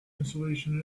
installation